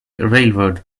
railroad